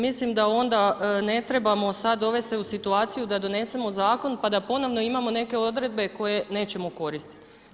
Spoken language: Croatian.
Mislim da onda ne trebamo sad dovest se u situaciju da donesemo zakon pa da ponovno imamo neke odredbe koje nećemo koristiti.